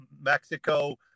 Mexico